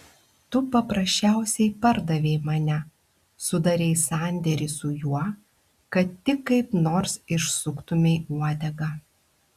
tu paprasčiausiai pardavei mane sudarei sandėrį su juo kad tik kaip nors išsuktumei uodegą